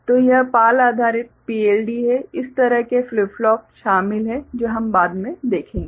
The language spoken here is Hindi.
तो यह PAL आधारित PLD है इस तरह के फ्लिप फ्लॉप शामिल है जो हम बाद में देखेंगे